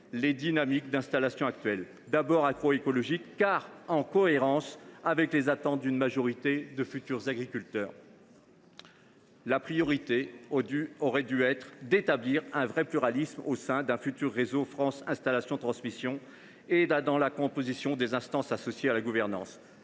des installations, d’abord agroécologiques, car en cohérence avec les attentes d’une majorité de futurs agriculteurs. La priorité aurait dû être d’établir un véritable pluralisme au sein du futur réseau France installations transmissions et dans la composition des instances associées à sa gouvernance.